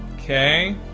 Okay